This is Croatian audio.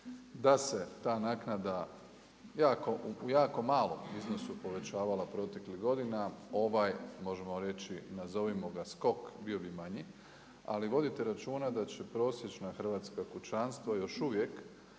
Da se ta naknada u jako malom iznosu povećavala proteklih godina, ovaj možemo reći, nazovimo ga skok, bio bi manji, ali vodite računa da će prosječna hrvatska kućanstva još uvijek